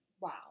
Wow